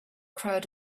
crowd